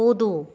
कुदू